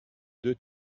deux